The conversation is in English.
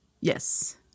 Yes